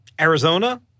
Arizona